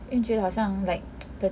因为觉得好像 like the